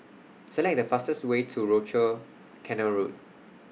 Select The fastest Way to Rochor Canal Road